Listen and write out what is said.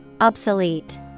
Obsolete